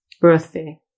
birthday